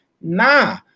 Nah